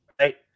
right